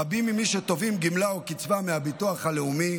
רבים ממי שתובעים גמלה או קצבה מהביטוח הלאומי